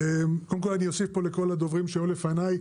קודם כל אני אוסיף פה לכל הדוברים שהיו לפניי,